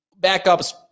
backups